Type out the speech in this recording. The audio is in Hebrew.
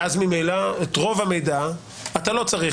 ואז ממילא את רוב המידע אתה לא צריך